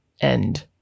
end